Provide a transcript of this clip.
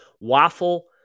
waffle